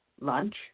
lunch